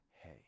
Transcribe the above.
Hey